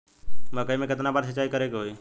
मकई में केतना बार सिंचाई करे के होई?